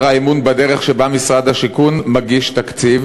האמון בדרך שבה משרד השיכון מגיש תקציב,